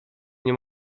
nie